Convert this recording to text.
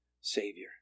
Savior